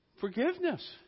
forgiveness